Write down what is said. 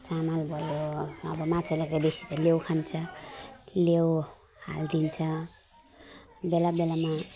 चामाल भयो अब माछाले कहिले यस्तो लेउ खान्छ लेउ हालिदिन्छ बेला बेलामा